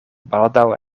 baldaŭ